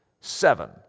Seven